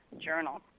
Journal